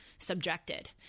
Subjected